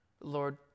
Lord